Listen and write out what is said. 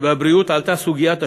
והבריאות עלתה סוגיית השר"מ,